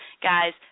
guys